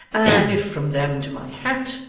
and if from them to my hat,